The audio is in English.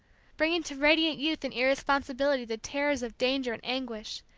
bringing to radiant youth and irresponsibility the terrors of danger and anguish,